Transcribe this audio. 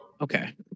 Okay